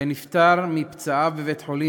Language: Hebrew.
שנפטר מפצעיו בבית-החולים,